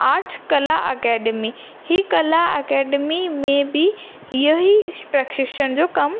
arts कला academy ही कला अकेडमी में बि हीअं ई प्रक्षिशण जो कमु